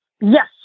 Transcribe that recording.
Yes